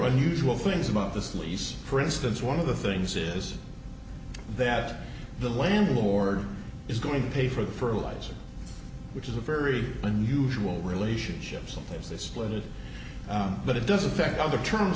unusual things about this lease for instance one of the things is that the landlord is going to pay for the fertiliser which is a very unusual relationship something like this split but it does affect other terms